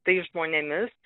tais žmonėmis